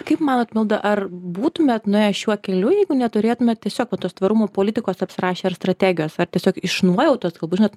kaip manot milda ar būtumėt nuėję šiuo keliu jeigu neturėtumėt tiesiog va tos tvarumo politikos apsirašę ar strategijos ar tiesiog iš nuojautos galbūt žinot